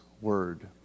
word